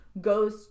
goes